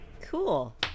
Cool